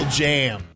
jam